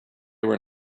were